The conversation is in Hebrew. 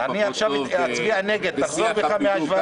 בשיח הפילוג.